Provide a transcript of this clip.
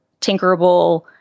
tinkerable